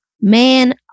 Man